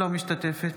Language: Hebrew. אינה משתתפת